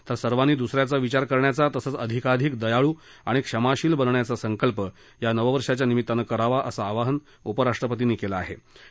तर सर्वांनी दुसऱ्याचा विचार करण्याचा तसंच अधिकाधिक दयाळू आणि क्षमाशील बनण्याचा संकल्प या नववर्षाच्या निमित्तानं करावा असं आवाहन उपराष्ट्रपती एम व्यंकैय्या नायडू यांनी केलं आहे